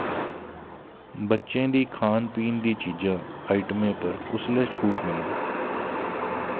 बच्चें दी खान पीन दी चीजां आइटमें पर कुसलै छूट मिलग